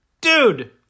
dude